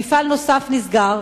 מפעל נוסף נסגר,